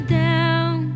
down